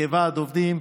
כוועד עובדים.